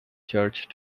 church